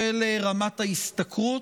של רמת ההשתכרות,